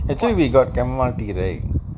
I think we got chamomile tea right